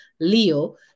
Leo